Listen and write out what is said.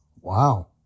Wow